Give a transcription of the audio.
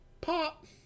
Pop